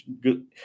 good